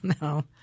no